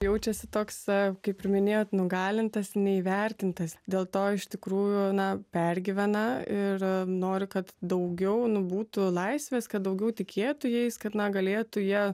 jaučiasi toks kaip ir minėjot nugalintas neįvertintas dėl to iš tikrųjų na pergyvena ir nori kad daugiau būtų laisvės kad daugiau tikėtų jais kad na galėtų jie